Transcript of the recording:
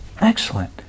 Excellent